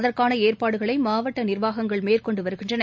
அதற்கானஏற்பாடுகளைமாவட்டநிர்வாகங்கள் மேற்கொண்டுவருகின்றன